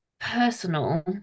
personal